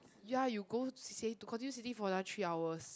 ya you go C_C_A to continue sitting for another three hours